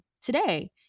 today